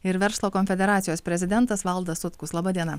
ir verslo konfederacijos prezidentas valdas sutkus laba diena